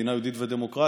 מדינה יהודית ודמוקרטית,